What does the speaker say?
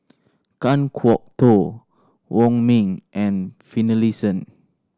Kan Kwok Toh Wong Ming and Finlayson